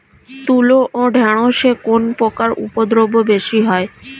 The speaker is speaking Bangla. তুলো ও ঢেঁড়সে কোন পোকার উপদ্রব বেশি হয়?